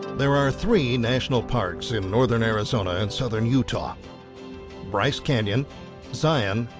there are three national parks in northern arizona and southern utah bryce canyon zion,